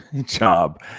job